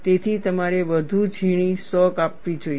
તેથી તમારે વધુ ઝીણી સો કાપવી જોઈએ